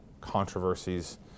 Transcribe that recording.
controversies